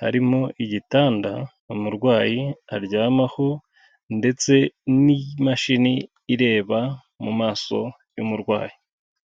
harimo igitanda umurwayi aryamaho ndetse n'imashini ireba mu maso y'umurwayi.